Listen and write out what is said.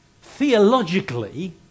theologically